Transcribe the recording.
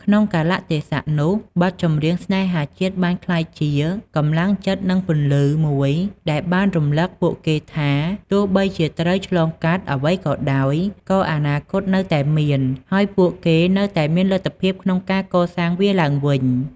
ក្នុងកាលៈទេសៈនោះ បទចម្រៀងស្នេហាជាតិបានក្លាយជា កម្លាំងចិត្ត និង ពន្លឺ មួយដែលបានរំឭកពួកគេថា ទោះបីជាត្រូវឆ្លងកាត់អ្វីក៏ដោយ ក៏អនាគតនៅតែមាន ហើយពួកគេនៅតែមានលទ្ធភាពក្នុងការកសាងវាឡើងវិញ។